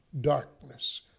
darkness